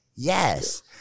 Yes